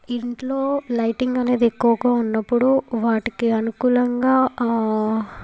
ఇంట్లో లైటింగ్ అనేది ఎక్కువగా ఉన్నప్పుడు వాటికి అనుకూలంగా